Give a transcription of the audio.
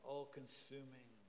all-consuming